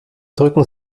drücken